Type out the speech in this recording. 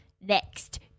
Next